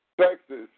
Texas